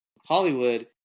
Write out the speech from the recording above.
Hollywood